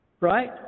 Right